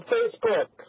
Facebook